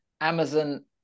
Amazon